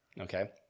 Okay